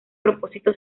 propósito